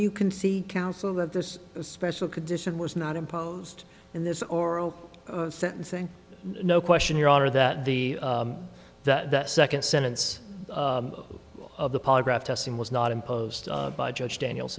you can see counsel that this special condition was not imposed in this oral sentencing no question your honor that the the second sentence of the polygraph testing was not imposed by judge daniel